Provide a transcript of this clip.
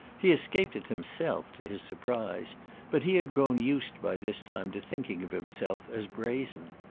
he escaped it himself, to his surprise but he had grown used by this time to thinking of himself as brazen.